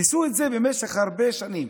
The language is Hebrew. ניסו את זה במשך הרבה שנים.